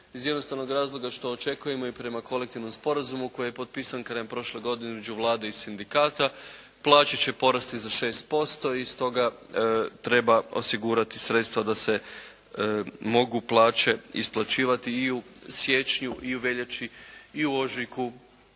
iz jednostavnog razloga što očekujemo i prema kolektivnom sporazumu koji je potpisan krajem prošle godine između Vlade i sindikata plaće će porasti za 6% i stoga treba osigurati sredstva da se mogu plaće isplaćivati i u siječnju i u veljači i u ožujku